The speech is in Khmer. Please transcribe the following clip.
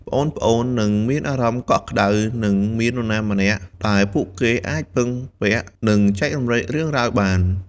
ប្អូនៗនឹងមានអារម្មណ៍កក់ក្ដៅ និងមាននរណាម្នាក់ដែលពួកគេអាចពឹងពាក់ និងចែករំលែករឿងរ៉ាវបាន ។